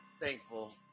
thankful